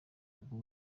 bwu